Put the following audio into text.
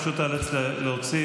אני פשוט איאלץ להוציא,